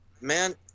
Man